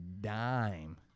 dime